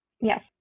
Yes